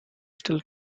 still